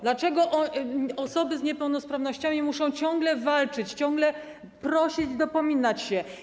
Dlaczego osoby z niepełnosprawnościami muszą ciągle walczyć, ciągle prosić, dopominać się?